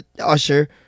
Usher